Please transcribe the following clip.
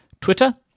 Twitter